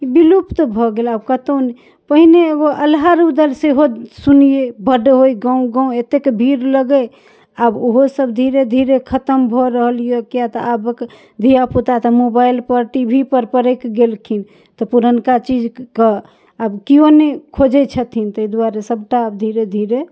विलुप्त भऽ गेल आब कत्तौ नहि पहिने एगो अल्हा रूदल सेहो सुनियै बड्ड होइ गाँव गाँव एतेक भीड़ लगै आब ओहोसब धीरे धीरे खतम भऽ रहल यऽ किआ तऽ आबक धिआपुता सब मोबाइलपर टी भी पर पड़कि गेलखिन तऽ पुरनका चीजके आब केओ नहि खोजै छथिन तै दुआरे सबटा आब धीरे धीरे